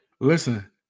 Listen